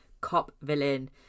cop-villain